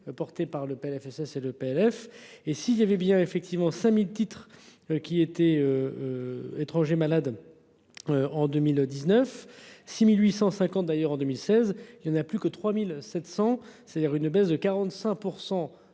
porté par le PLFSS et le PLF et si il y avait bien effectivement 5000 titres. Qui était. Étrangers malades. En 2019 6850. D'ailleurs en 2016, il y en a plus que 3700, c'est-à-dire une baisse de 45%